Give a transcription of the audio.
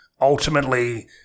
ultimately